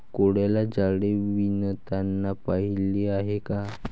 कोळ्याला जाळे विणताना पाहिले आहे का?